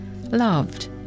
loved